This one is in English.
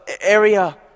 area